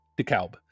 DeKalb